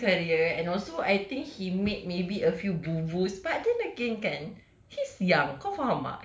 okay his singing career and also I think he made maybe a few booboos but then again kan he's young